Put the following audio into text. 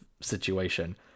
situation